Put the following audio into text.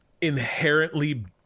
inherently